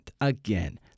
Again